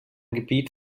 gebiet